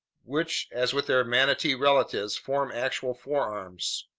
which, as with their manatee relatives, form actual forearms.